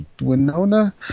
Winona